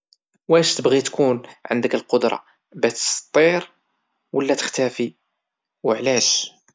واش تبغي تكون عندك القدرة باش طير ولى تختفي وعلاش؟